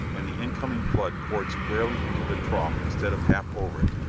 and the incoming flood poured squarely into the trough instead of half over it.